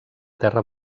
terra